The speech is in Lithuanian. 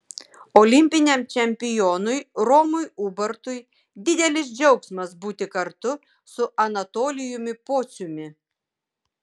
olimpiniam čempionui romui ubartui didelis džiaugsmas būti kartu su anatolijumi pociumi